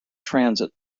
transit